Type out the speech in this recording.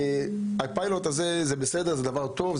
הפיילוט הזה זה בסדר, דבר טוב.